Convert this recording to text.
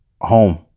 home